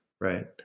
right